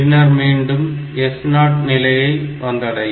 பின்னர் மீண்டும் S0 நிலையை வந்தடையும்